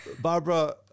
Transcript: barbara